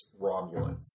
Romulans